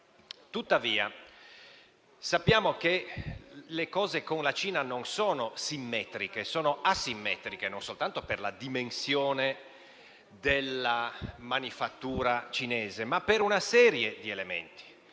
Tuttavia, sappiamo che le relazioni con la Cina non sono simmetriche, ma asimmetriche, non soltanto per la dimensione della manifattura cinese, ma anche per una serie di elementi,